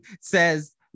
says